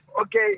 okay